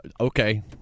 okay